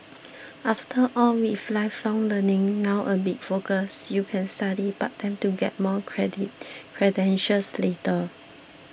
after all with lifelong learning now a big focus you can study part time to get more credentials later